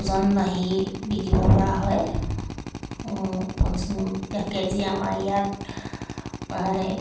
ওজন বাঢ়ি বিকিব পৰা হয় পঞ্চ কেজি আমাৰ ইয়াত প্ৰায়